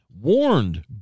warned